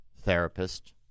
therapist